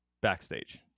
backstage